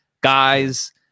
guys